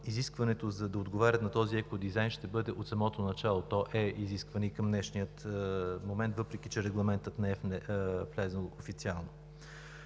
изискването, за да отговарят на този екодизайн, ще бъде от самото начало. То е изискване и към днешния момент, въпреки че Регламентът не е влязъл официално.